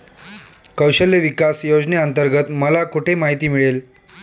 कौशल्य विकास योजनेअंतर्गत मला कुठे माहिती मिळेल?